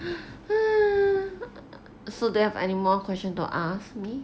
so do you have anymore question to ask me